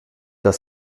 das